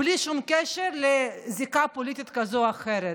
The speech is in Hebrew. בלי שום קשר לזיקה פוליטית כזאת או אחרת.